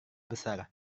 besar